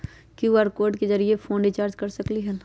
QR code के जरिय phone recharge कर सकली ह?